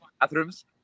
bathrooms